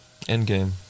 Endgame